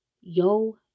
yo